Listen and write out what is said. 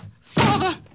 Father